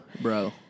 Bro